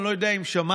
אני לא יודע אם שמעת,